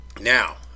now